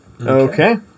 Okay